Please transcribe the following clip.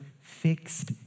fixed